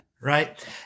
right